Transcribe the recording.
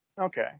Okay